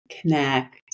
connect